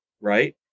right